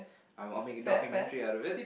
I'll I'll make a documentary out of it